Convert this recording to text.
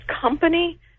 company